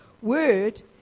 Word